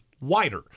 wider